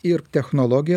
ir technologija